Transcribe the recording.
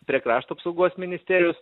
prie krašto apsaugos ministerijos